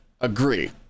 agree